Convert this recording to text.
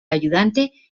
ayudante